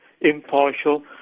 impartial